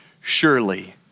surely